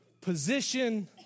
position